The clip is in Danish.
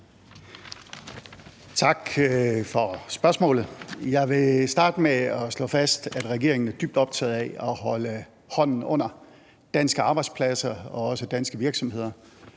Tak for spørgsmålet. Jeg vil starte med at slå fast, at regeringen er dybt optaget af at holde hånden under danske arbejdspladser og også